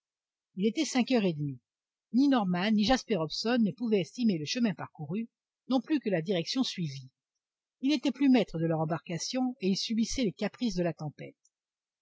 il était cinq heures et demie ni norman ni jasper hobson ne pouvaient estimer le chemin parcouru non plus que la direction suivie ils n'étaient plus maîtres de leur embarcation et ils subissaient les caprices de la tempête